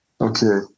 okay